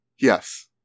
Yes